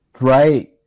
Right